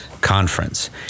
conference